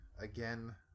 Again